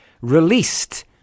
released